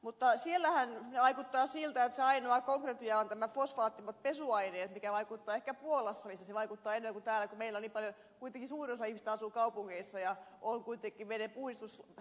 mutta siellähän vaikuttaa siltä että se ainoa konkretia on fosfaattiset pesuaineet mikä vaikuttaa ehkä puolassa missä se vaikuttaa enemmän kuin täällä kun meillä kuitenkin suurin osa ihmisistä asuu kaupungeissa ja on kuitenkin vedenpuhdistussysteemit